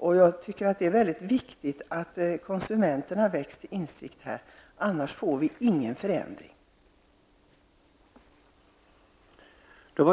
Det är enligt min mening mycket viktigt att konsumenterna väcks till insikt. Annars blir det inga förändringar.